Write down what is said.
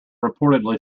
reportedly